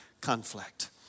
conflict